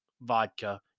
vodka